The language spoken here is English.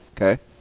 Okay